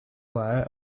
there